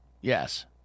Yes